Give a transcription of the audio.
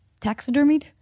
Taxidermied